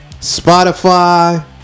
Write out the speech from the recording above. Spotify